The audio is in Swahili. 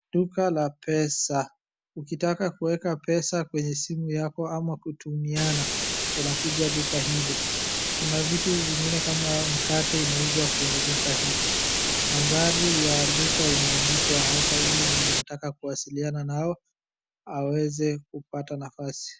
Duka la pesa. Ukitaka kuweka pesa kwenye simu yako ama kutumiana, unakuja duka hili. Kuna vitu vingine kama mkate inauzwa kwenye duka hili. Nambari ya duka imeandikwa hapa ili mwenye anataka kuwasiliana nao aweze kupata nafasi.